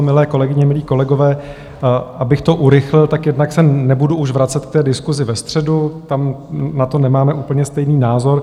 Milé kolegyně, milí kolegové, abych to urychlil, jednak se nebudu už vracet k té diskusi ve středu, tam na to nemáme úplně stejný názor.